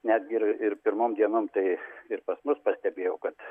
netgi ir ir pirmom dienom tai ir pas mus pastebėjau kad